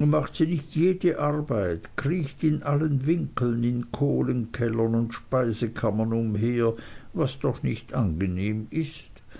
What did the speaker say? und macht sie nicht jede arbeit kriecht in allen winkeln in kohlenkellern und speisekammern umher was doch nicht angenehm ist